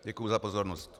Děkuji za pozornost.